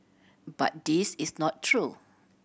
but this is not true